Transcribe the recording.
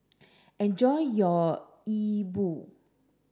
enjoy your Yi Bua